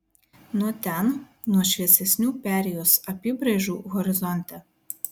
nuo ten nuo šviesesnių perėjos apybraižų horizonte